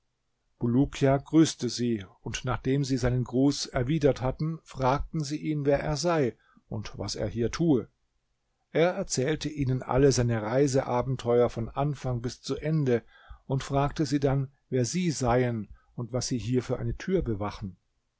bulukia grüßte sie und nachdem sie seinen gruß erwidert hatten fragten sie ihn wer er sei und was er hier tue er erzählte ihnen alle seine reiseabenteuer von anfang bis zu ende und fragte sie dann wer sie seien und was sie hier für eine tür bewachen